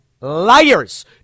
liars